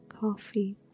coffee